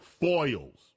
foils